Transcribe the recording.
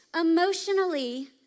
emotionally